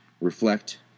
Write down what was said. Reflect